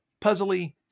puzzly